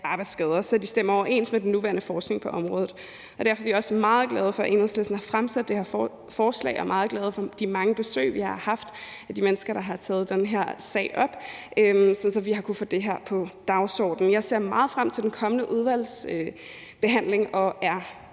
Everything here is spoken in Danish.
arbejdsskader, så de stemmer overens med den nuværende forskning på området. Derfor er vi også meget glade for, at Enhedslisten har fremsat det her forslag, og meget glade for de mange besøg, vi har haft af de mennesker, der har taget den her sag op, sådan at vi har kunnet få det her på dagsordenen. Jeg ser meget frem til den kommende udvalgsbehandling og er